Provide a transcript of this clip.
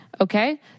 Okay